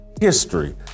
history